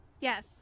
Yes